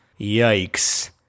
Yikes